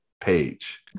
page